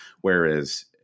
Whereas